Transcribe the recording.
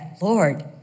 Lord